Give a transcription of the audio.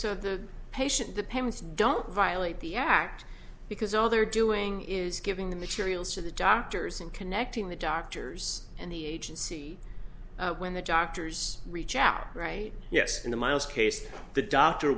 payments don't violate the act because all they're doing is giving the materials to the doctors and connecting the doctors and the agency when the doctors reach out right yes in the miles case the doctor